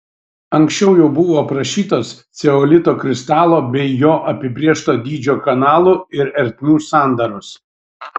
anksčiau jau buvo aprašytos ceolito kristalo bei jo apibrėžto dydžio kanalų ir ertmių sandaros